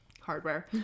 Hardware